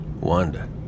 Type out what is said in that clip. Wanda